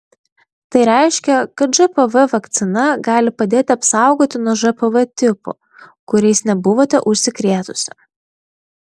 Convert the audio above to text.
tai reiškia kad žpv vakcina gali padėti apsaugoti nuo žpv tipų kuriais nebuvote užsikrėtusi